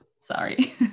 sorry